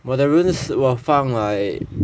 我的 runes 我放 like